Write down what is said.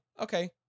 okay